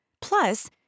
Plus